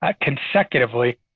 consecutively